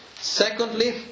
Secondly